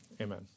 amen